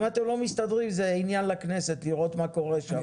אם אתם לא מסתדרים זה עניין לכנסת לראות מה קורה שם.